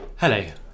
Hello